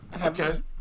Okay